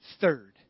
third